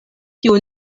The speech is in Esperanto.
kiu